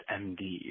MD